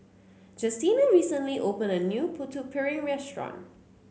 Justina recently opened a new Putu Piring Restaurant